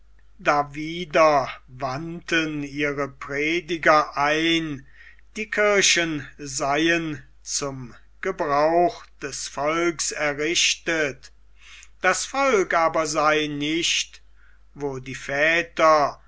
dawider wandten ihre prediger ein die kirchen seien zum gebrauch des volks errichtet das volk aber sei nicht wo die väter